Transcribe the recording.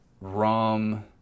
rum